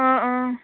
অঁ অঁ